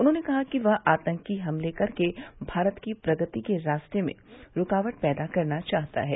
उन्होंने कहा कि वह आतंकी हमले कर भारत की प्रगति के रास्ते में रूकावट पैदा करना चाहता है